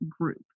group